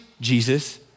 Jesus